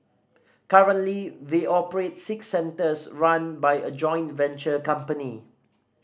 currently they operate six centres run by a joint venture company